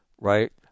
right